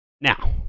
Now